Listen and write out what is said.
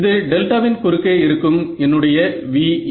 இது டெல்டாவின் குறுக்கே இருக்கும் என்னுடைய VA